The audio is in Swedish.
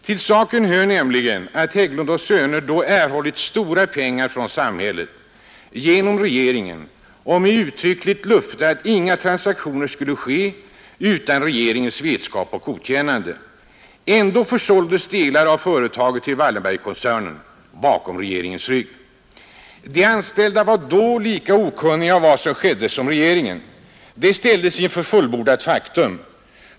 Till saken hör nämligen att Hägglund & Söner då erhållit stora pengar från samhället genom regeringen och mot uttryckligt löfte att inga transaktioner skulle ske utan regeringens vetskap och godkännande. Ändå försåldes delar av företaget till Wallenbergkoncernen — bakom regeringens rygg. De anställda var då lika okunniga om vad som skedde som regeringen. De ställdes inför fullbordat faktum.